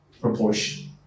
proportion